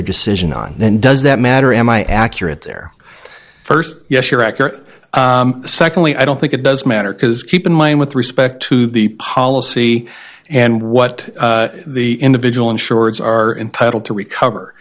their decision on then does that matter am i accurate there yes you're accurate secondly i don't think it does matter because keep in mind with respect to the policy and what the individual insurers are entitled to recover